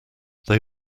they